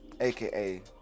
AKA